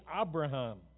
Abraham